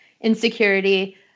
insecurity